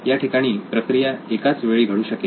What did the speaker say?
याठिकाणी प्रक्रिया एकाच वेळी घडू शकेल